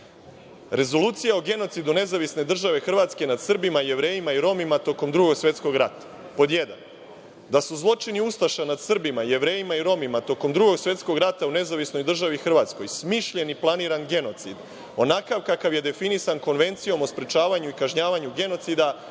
podržimo. Rezolucija o genocidu Nezavisne države Hrvatske nad Srbima, Jevrejima i Romima tokom Drugog svetskog rata:1) da su zločini ustaša nad Srbima, Jevrejima i Romima tokom Drugog svetskog rata u Nezavisnoj državi Hrvatskoj smišljen i planiran genocid, onakav kakav je definisan Konvencijom o sprečavanju i kažnjavanju genocida